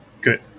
Good